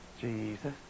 Jesus